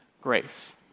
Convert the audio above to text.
grace